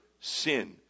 sin